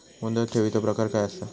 मुदत ठेवीचो प्रकार काय असा?